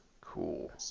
Cool